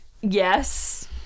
Yes